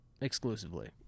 exclusively